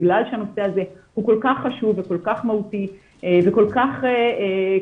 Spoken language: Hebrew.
בגלל שהנושא הזה הוא כל כך חשוב וכל כך מהותי וכל כך קונטרוברסלי,